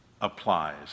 applies